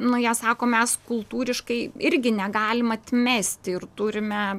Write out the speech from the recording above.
na jie sako mes kultūriškai irgi negalim atmesti ir turime